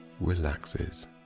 relaxes